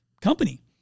company